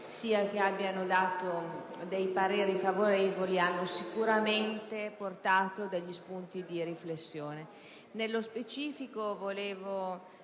sia che abbiano dato pareri favorevoli, hanno sicuramente fornito spunti di riflessione. Nello specifico, al